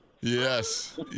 Yes